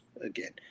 again